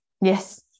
yes